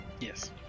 Yes